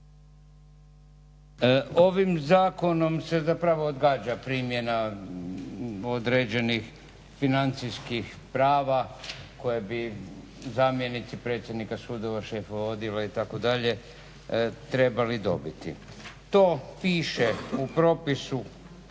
Ovim zakonom se zapravo odgađa primjena određenih financijskih prava koja bi zamjenici predsjednika sudova, šefova odjela itd. trebali dobiti. To piše u propisu